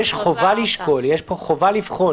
פה יש חובה לשקול, חובה לבחון